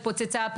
הפרשה התפוצצה.